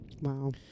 Wow